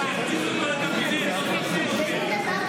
והינה,